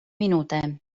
minūtēm